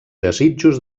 desitjos